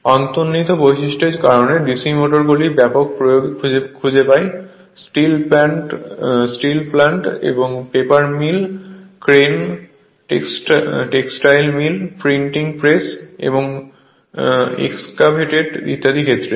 অন্তর্নিহিত বৈশিষ্ট্যের কারণে DC মোটরগুলি ব্যাপক প্রয়োগ খুঁজে পায় steel plant paper mill crane textile mill printing press এবং এক্সকাভেটর ইত্যাদি ক্ষেত্রে